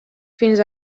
fins